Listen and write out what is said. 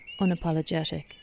Unapologetic